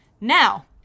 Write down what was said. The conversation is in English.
Now